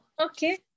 Okay